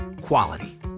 Quality